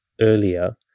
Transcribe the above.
earlier